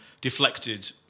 deflected